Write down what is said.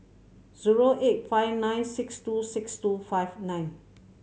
zero eight five nine six two six two five nine